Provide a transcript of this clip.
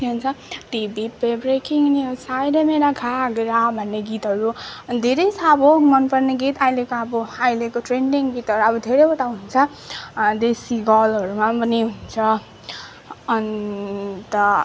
के भन्छ टिभी पे ब्रेकिङ न्युज हाय रे मेरा घागरा भन्ने गीतहरू धेरै छ अब मन पर्ने गीत अहिलेको अब अहिलेको ट्रेन्डिङ गीतहरू अब धेरैवटा हुन्छ देसी गर्लहरूमा पनि हुन्छ अन्त